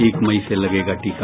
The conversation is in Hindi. एक मई से लगेगा टीका